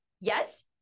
Yes